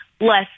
less